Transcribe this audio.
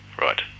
Right